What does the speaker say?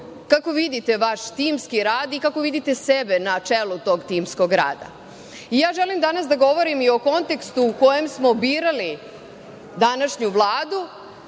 kako vidite vaš timski rad i kako vidite sebe na čelu tog timskog rada. Želim danas da govorim i o kontekstu u kojem smo birali današnju Vladu.